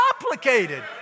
complicated